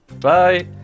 bye